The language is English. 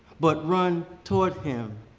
but run toward him,